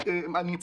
ההחלטה הייתה